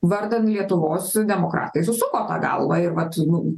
vardan lietuvos demokratai susuko tą galvą ir vat nu